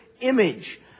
image